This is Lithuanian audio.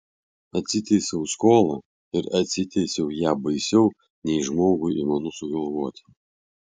atsiteisiau skolą ir atsiteisiau ją baisiau nei žmogui įmanu sugalvoti